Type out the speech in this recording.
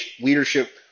leadership